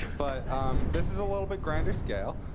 but this is a little bit grander scale,